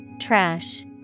Trash